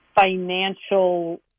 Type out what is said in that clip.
financial